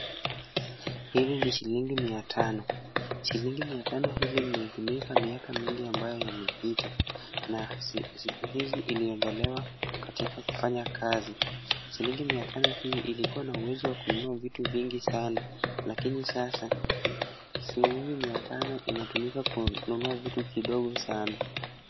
Hili ni shilingi mia tano. Shilingi mia tano hili lilitumika miaka mimgi ambayo yamepita na siku hizi iliondolewa katika kufanya kazi. Shilingi mia tano hii ilikua na uwezo wa kununua vitu vingi sana lakini sasa, shilingi mia tano inatumika kwa kununua vitu kidogo sana.